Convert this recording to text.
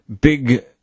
big